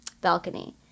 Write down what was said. balcony